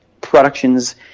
productions